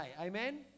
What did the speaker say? Amen